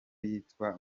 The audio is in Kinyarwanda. yitwa